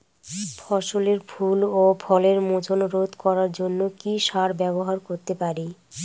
ফসলের ফুল ও ফলের মোচন রোধ করার জন্য কি সার ব্যবহার করতে পারি?